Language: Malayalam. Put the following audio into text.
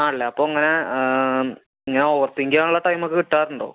ആണല്ലേ അപ്പോൾ ഇങ്ങനെ ഞാൻ ഉറപ്പിക്കാനുള്ള ടൈം ഒക്കെ കിട്ടാറുണ്ടോ